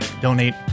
donate